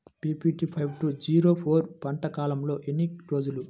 BPT five two zero four పంట కాలంలో ఎన్ని రోజులు?